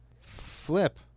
Flip